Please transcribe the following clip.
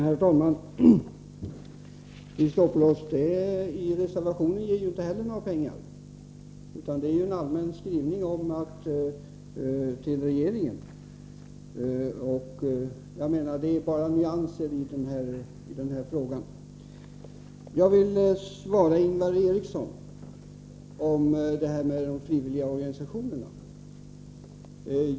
Herr talman! Till Chrisopoulos vill jag säga att i er reservation föreslås inte heller några medel, utan det rör sig om ett allmänt resonemang. Här gäller det bara nyanser. Jag vill svara på Ingvar Erikssons fråga om frivilligorganisationerna.